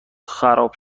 خراب